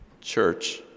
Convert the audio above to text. Church